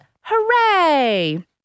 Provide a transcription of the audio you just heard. hooray